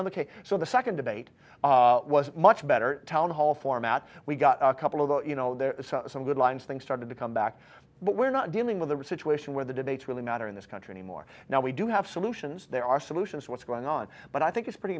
mccain so the second debate was much better town hall format we got a couple of the you know there are some good lines things started to come back but we're not dealing with a or situation where the debates really matter in this country anymore now we do have solutions there are solutions what's going on but i think it's pretty